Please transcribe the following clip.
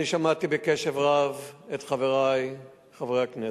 אני שמעתי בקשב רב את חברי חברי הכנסת.